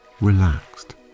relaxed